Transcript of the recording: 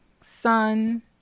sun